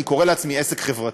אני קורא לעצמי עסק חברתי,